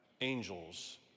angels